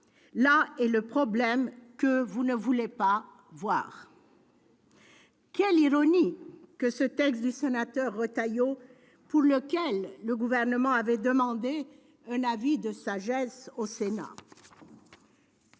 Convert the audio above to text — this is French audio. Là est le problème que vous ne voulez pas voir. Quelle ironie que ce texte du sénateur Retailleau, pour lequel le Gouvernement avait demandé un avis de sagesse au Sénat,